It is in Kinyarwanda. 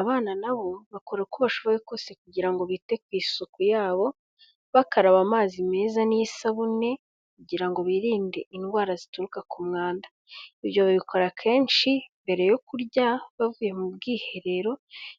Abana na bo bakora uko bashoboye kose kugira ngo bite ku isuku yabo bakaraba amazi meza n'isabune kugira ngo birinde indwara zituruka ku mwanda, ibyo babikora kenshi mbere yo kurya, bavuye mu bwiherero